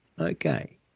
Okay